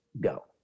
go